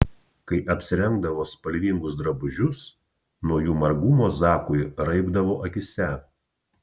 kai apsirengdavo spalvingus drabužius nuo jų margumo zakui raibdavo akyse